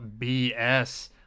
BS